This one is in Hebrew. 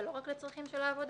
ולא רק לצרכים של העבודה,